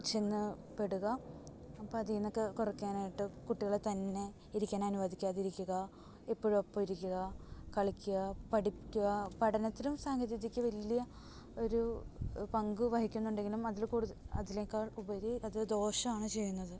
ചെന്ന് പെടുക അപ്പം അതിൽ നിന്നൊക്കെ കുറക്കാനായിട്ട് കുട്ടികളെ തന്നെ ഇരിക്കാൻ അനുവദിക്കാതിരിക്കുക എപ്പോഴും ഒപ്പം ഇരിക്കുക കളിക്കുക പഠിക്കുക പഠനത്തിലും സാങ്കേതിക വിദ്യയ്ക്ക് വലിയ ഒരു പങ്ക് വഹിക്കുന്നുണ്ടെങ്കിലും അതിൽ കൂടുതൽ അതിനേക്കാൾ ഉപരി അത് ദോഷമാണ് ചെയ്യുന്നത്